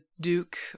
duke